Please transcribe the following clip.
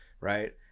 right